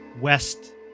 west